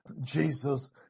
Jesus